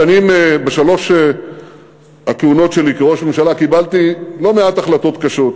בשלוש הכהונות שלי כראש ממשלה קיבלתי לא מעט החלטות קשות,